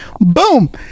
Boom